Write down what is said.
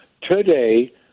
today